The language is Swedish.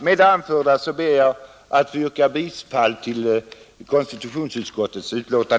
Med det anförda ber jag att få yrka bifall till konstitutionsutskottets hemställan.